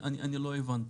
אני לא הבנתי.